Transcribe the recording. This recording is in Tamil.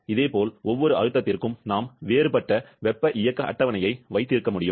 இதேபோல் ஒவ்வொரு அழுத்தத்திற்கும் நாம் வேறுபட்ட வெப்ப இயக்க அட்டவணையை வைத்திருக்க முடியும்